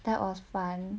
that was fun